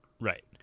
right